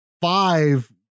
five